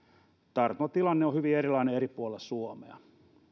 tartuntatilanne on hyvin erilainen eri puolilla suomea